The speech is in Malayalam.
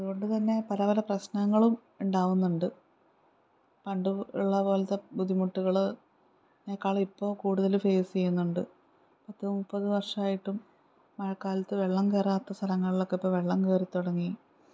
അതുകൊണ്ടുതന്നെ പല പല പ്രശ്നങ്ങളും ഉണ്ടാവുന്നുണ്ട് പണ്ടു ഉള്ളപോലത്തെ ബുദ്ധിമുട്ടുകൾ അതിനേക്കാളിപ്പോൾ കൂടുതൽ ഫേസ് ചെയ്യുന്നുണ്ട് പത്ത് മുപ്പത് വർഷമായിട്ടും മഴക്കാലത്ത് വെള്ളം കയറാത്ത സ്ഥലങ്ങളിലൊക്കെ ഇപ്പോൾ വെള്ളം കയറിത്തുടങ്ങി